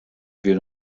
wir